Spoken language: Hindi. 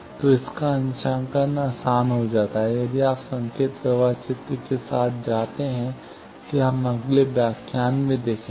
तो इसका अंशांकन आसान हो जाता है यदि आप संकेत प्रवाह चित्र के साथ करते हैं कि हम अगले व्याख्यान में देखेंगे